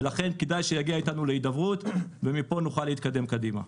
ולכן כדאי שיגיע איתנו להידברות ומשם נוכל להתקדם קדימה.